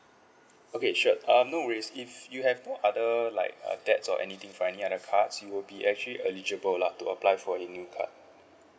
okay sure um no worries if you have no other like uh debts or anything from any other card you would be actually eligible lah to apply for a new card